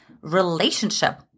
relationship